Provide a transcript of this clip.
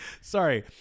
Sorry